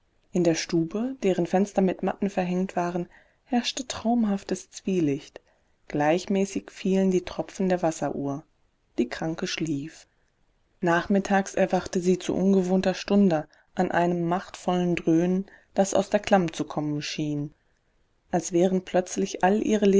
in der stube deren fenster mit matten verhängt waren herrschte traumhaftes zwielicht gleichmäßig fielen die tropfen der wasseruhr die kranke schlief nachmittags erwachte sie zu ungewohnter stunde an einem machtvollen dröhnen das aus der klamm zu kommen schien als wären plötzlich alle